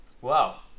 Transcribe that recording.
Wow